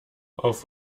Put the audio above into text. auf